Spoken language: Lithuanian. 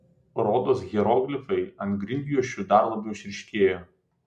rodos hieroglifai ant grindjuosčių dar labiau išryškėjo